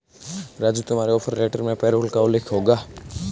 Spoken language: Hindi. राजू तुम्हारे ऑफर लेटर में पैरोल का उल्लेख होगा